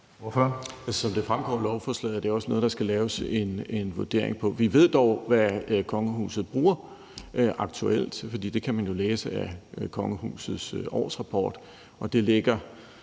Som det fremgår af lovforslaget, er det også noget, der skal laves en vurdering af. Vi ved dog, hvad kongehuset bruger aktuelt, for det kan man jo læse af kongehusets årsrapport,